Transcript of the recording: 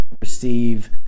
receive